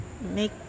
make